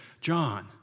John